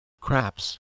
craps